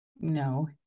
no